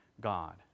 God